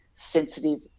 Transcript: sensitive